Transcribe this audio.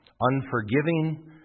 Unforgiving